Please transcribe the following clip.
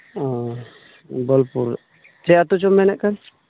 ᱚᱸᱻ ᱵᱳᱞᱯᱩᱨ ᱪᱮᱫ ᱟᱛᱳ ᱪᱚᱢ ᱢᱮᱱᱮᱫ ᱠᱟᱱ